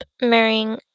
marrying